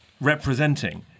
representing